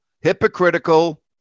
hypocritical